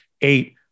eight